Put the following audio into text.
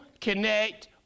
connect